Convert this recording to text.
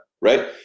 right